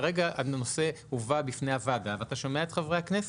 כרגע הנושא הובא בפני הוועדה ואתה שומע את חברי הכנסת.